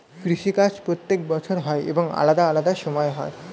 কৃষি কাজ প্রত্যেক বছর হয় এবং আলাদা আলাদা সময় হয়